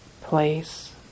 place